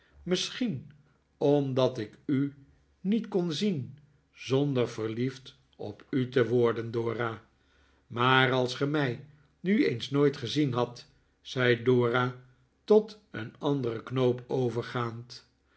misschien omdat ik u niet kon zien zonder verliefd op u te worden dora maar als ge mij nu eens nooit gezien hadt zei dora tot een anderen knoop overgaand